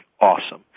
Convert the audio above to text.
Awesome